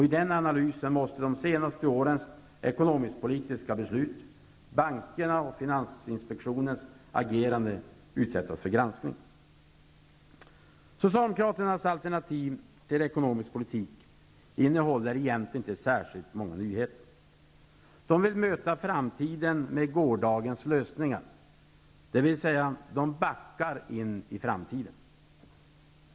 I den analysen måste de senaste årens ekonomiskpolitiska beslut och bankernas och finansinspektionens agerande utsättas för granskning. Socialdemokraternas alternativ till ekonomisk politik innehåller egentligen inte särskilt många nyheter. De vill möta framtiden med gårdagens lösningar, dvs. de backar in i framtiden.